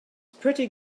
pretty